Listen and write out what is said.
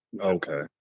Okay